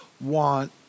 want